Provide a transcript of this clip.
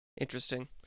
Interesting